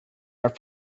are